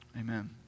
amen